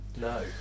No